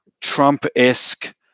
Trump-esque